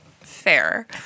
Fair